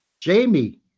Jamie